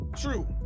True